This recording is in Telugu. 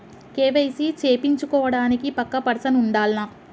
కే.వై.సీ చేపిచ్చుకోవడానికి పక్కా పర్సన్ ఉండాల్నా?